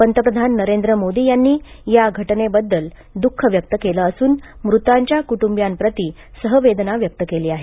पंतप्रधान नरेंद्र मोदी यांनी या घटनेबद्दल द्ख व्यक्त केले असून मृतांच्या कुटुंबियांप्रती सहवेदना व्यक्त केल्या आहेत